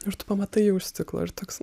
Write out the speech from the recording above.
ir tu pamatai ją už stiklo ir toks